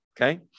Okay